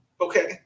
Okay